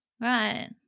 Right